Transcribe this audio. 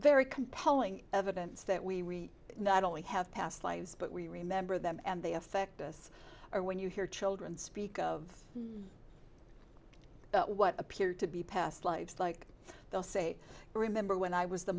very compelling evidence that we not only have past lives but we remember them and they affect us or when you hear children speak of what appear to be past lives like they'll say remember when i was the